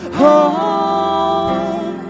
home